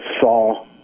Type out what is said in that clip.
saw